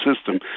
system